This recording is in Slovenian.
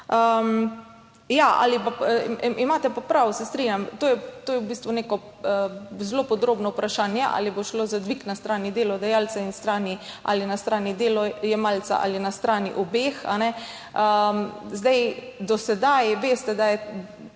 Imate pa prav, se strinjam, to je v bistvu neko zelo podrobno vprašanje, ali bo šlo za dvig na strani delodajalca ali na strani delojemalca ali na strani obeh. Do sedaj veste, da je